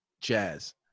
jazz